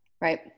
Right